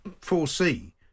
foresee